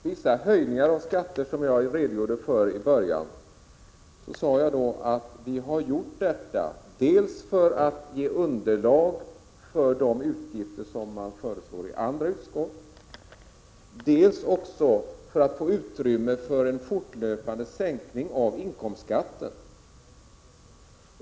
Herr talman! Vad gäller vissa skattehöjningar som jag redogjorde för i början av mitt anförande så har vi föreslagit dessa dels för att finansiera de utgifter som föreslås från andra utskott, dels för att få utrymme för en fortlöpande sänkning av inkomstskatten.